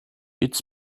its